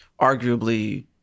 arguably